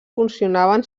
funcionaven